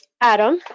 Adam